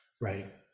right